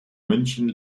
münchen